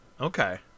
Okay